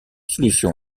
solution